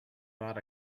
bought